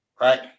right